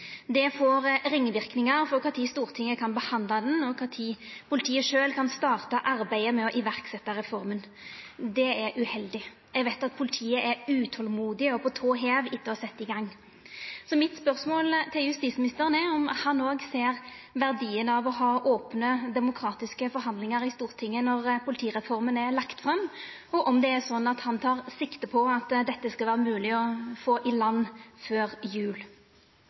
Det får ringverknader for kva tid Stortinget kan behandla ho, og for kva tid politiet sjølv kan starta arbeidet med å setja i verk reforma. Det er uheldig. Eg veit at politiet er utolmodige og på tå hev etter å setja i gang. Mitt spørsmål til justisministeren er om han òg ser verdien av å ha opne, demokratiske forhandlingar i Stortinget når politireforma er lagd fram, og om det er slik at han tek sikte på at dette skal vera mogleg å få i land før jul.